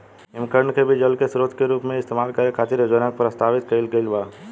हिमखंड के भी जल के स्रोत के रूप इस्तेमाल करे खातिर योजना के प्रस्तावित कईल गईल बा